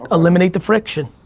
eliminate the friction.